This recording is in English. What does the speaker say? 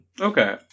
Okay